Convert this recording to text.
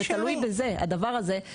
זה תלוי בזה, הדבר הזה.